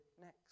next